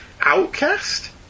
Outcast